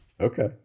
Okay